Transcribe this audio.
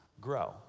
grow